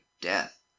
death